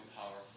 powerful